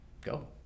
Go